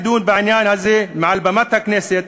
לדיון בעניין הזה מעל במת הכנסת,